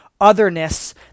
otherness